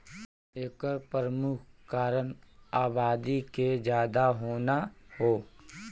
एकर परमुख कारन आबादी के जादा होना हौ